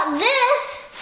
this!